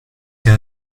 ces